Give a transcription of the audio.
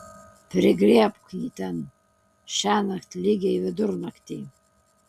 prigriebk jį ten šiąnakt lygiai vidurnaktį